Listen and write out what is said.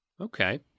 Okay